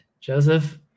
Joseph